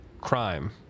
crime